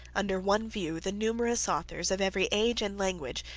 under one view, the numerous authors, of every age and language,